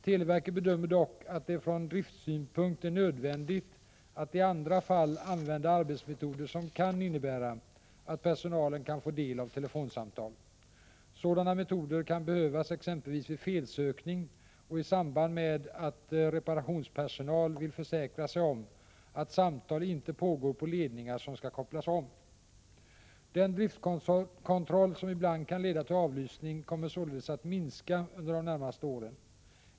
Televerket bedömer dock att det från driftsynpunkt är nödvändigt att i andra fall använda arbetsmetoder som kan innebära att personalen kan få del av telefonsamtal. Sådana metoder kan behövas exempelvis vid felsökning och i samband med att reparationspersonal vill försäkra sig om att samtal inte pågår på ledningar som skall kopplas om. Den driftkontroll som ibland kan leda till avlyssning kommer således att minska under de närmaste åren.